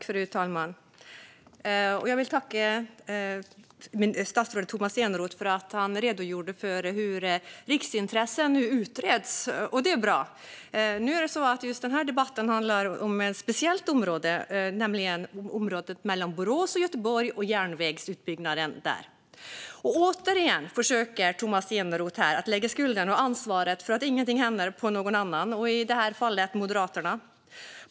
Fru talman! Jag vill tacka statsrådet Tomas Eneroth för att han redogjorde för hur riksintressen utreds. Det är bra. Nu är det så att just den här debatten handlar om ett speciellt område, nämligen området mellan Borås och Göteborg och järnvägsutbyggnaden där. Återigen försöker Tomas Eneroth att lägga skulden och ansvaret för att ingenting händer på någon annan, i det här fallet Moderaterna.